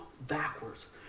backwards